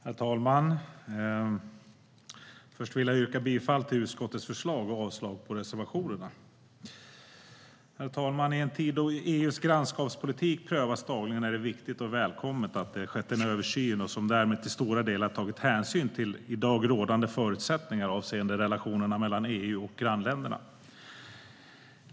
Herr talman! Jag yrkar bifall till utskottets förslag till beslut i utrikesutskottets utlåtande och avslag på reservationerna. Herr talman! I en tid då EU:s grannskapspolitik prövas dagligen är det viktigt och välkommet att det skett en översyn som därmed till stora delar tagit hänsyn till i dag rådande förutsättningar avseende relationerna mellan EU och grannländerna.